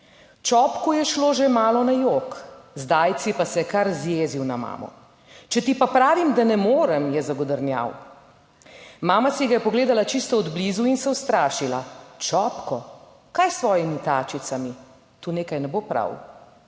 Čopku je šlo že malo na jok, zdajci pa se je kar zjezil na mamo. Če ti pa pravim, da ne morem, je zagodrnjal. Mama si ga je pogledala čisto od blizu in se ustrašila: Čopko, kaj s svojimi tačicami? Tu nekaj ne bo prav.